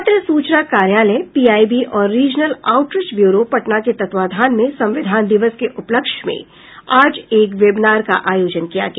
पत्र सूचना कार्यालय पीआईबी और रीजनल आउटरीच ब्यूरो पटना के तत्वावधान में संविधान दिवस के उपलक्ष्य में आज एक वेबिनार का आयोजन किया गया